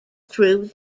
through